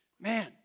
Man